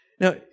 Now